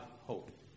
hope